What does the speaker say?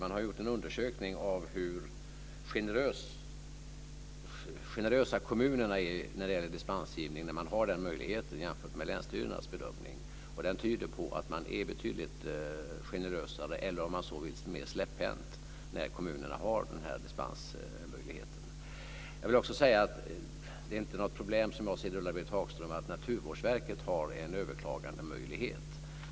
Man har gjort en undersökning av hur generösa kommunerna är när det gäller dispensgivning när de har den möjligheten jämfört med länsstyrelserna i deras bedömningar. Och den tyder på att kommunerna är betydligt generösare, eller, om man så vill, mer släpphänta när de har denna dispensmöjlighet. Jag vill också till Ulla-Britt Hagström säga att det inte är något problem som jag ser det att Naturvårdsverket har en överklagandemöjlighet.